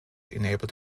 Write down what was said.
enabled